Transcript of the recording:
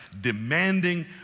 demanding